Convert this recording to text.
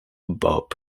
bob